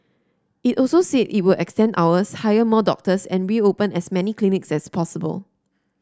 it also said it will extend hours hire more doctors and reopen as many clinics as possible